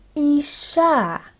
Isha